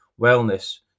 wellness